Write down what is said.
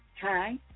Hi